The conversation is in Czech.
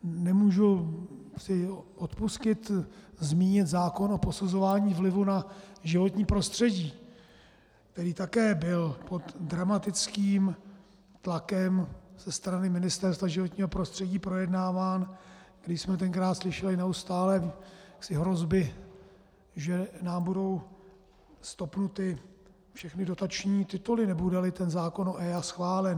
Nemůžu si odpustit zmínit zákon o posuzování vlivu na životní prostředí, který také byl pod dramatickým tlakem ze strany Ministerstva životního prostředí projednáván, když jsme tenkrát slyšeli neustále jaksi hrozby, že nám budou stopnuty všechny dotační tituly, nebudeli zákon o EIA schválen.